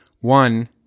One